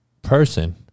person